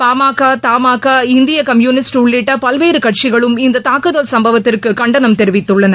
பாமக தமாகா இந்திய கம்யூனிஸ்ட் உள்ளிட்ட பல்வேறு கட்சிகளும் இந்தத் தாக்குதல் சம்பவத்திற்கு கண்டனம் தெரிவித்துள்ளன